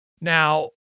Now